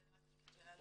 זה לא התפקיד שלנו.